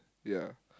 ya